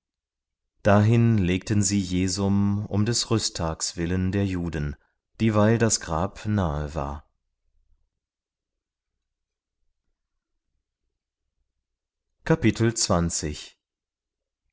dahin legten sie jesum um des rüsttages willen der juden dieweil das grab nahe war